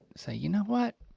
say you know what,